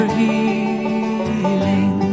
healing